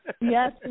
Yes